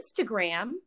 Instagram